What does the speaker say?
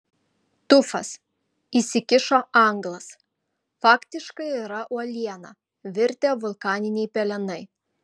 tufas įsikišo anglas faktiškai yra uoliena virtę vulkaniniai pelenai